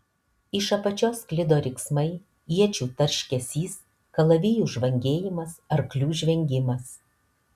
iš apačios sklido riksmai iečių tarškesys kalavijų žvangėjimas arklių žvengimas